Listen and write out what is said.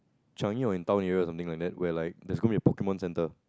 Changi or in town area or something like that where there was going to be a Pokemon centre